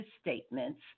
statements